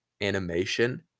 animation